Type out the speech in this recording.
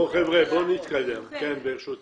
בבקשה.